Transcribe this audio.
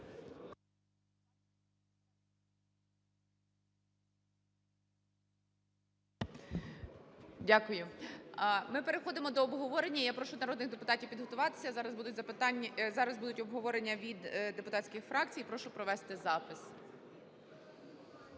Дякую! Ми переходимо до обговорення. Я прошу народних депутатів підготуватися, зараз будуть запитання… зараз буде обговорення від депутатських фракцій. Прошу провести запис.